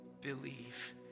believe